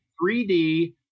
3D